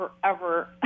forever